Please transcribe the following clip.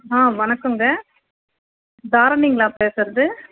ஆ வணக்கங்க தாரணிங்களா பேசுகிறது